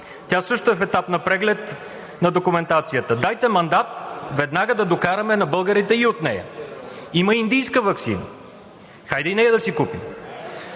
Тя също е в етап на преглед на документацията. Дайте мандат веднага да докараме на българите и от нея. Има индийска ваксина. Хайде и нея да си купим.